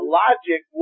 logic